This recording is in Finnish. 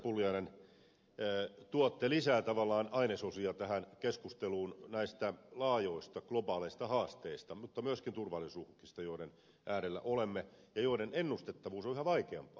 pulliainen tuotti tavallaan lisää ainesosia tähän keskusteluun näistä laajoista globaaleista haasteista mutta myöskin turvallisuusuhkista joiden äärellä olemme ja joiden ennustettavuus on yhä vaikeampaa